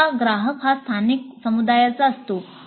सहसा ग्राहक हा स्थानिक समुदायाचा असतो